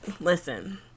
listen